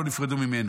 לא נפרדו ממנה.